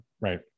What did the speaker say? right